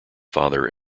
father